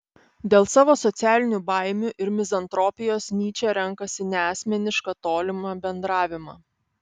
dėl savo socialinių baimių ir mizantropijos nyčė renkasi neasmenišką tolimą bendravimą